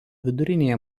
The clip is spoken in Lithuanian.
vidurinėje